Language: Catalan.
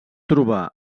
trobar